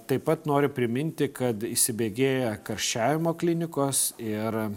taip pat noriu priminti kad įsibėgėja karščiavimo klinikos ir